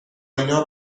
اینها